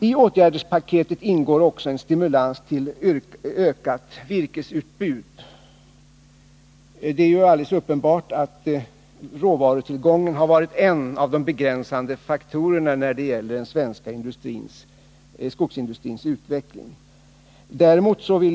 I åtgärdspaketet ingår också en stimulans till ökat virkesutbud. Det är uppenbart att råvarutillgången har varit en av de begränsande faktorerna när det gäller den svenska skogsindustrins utveckling.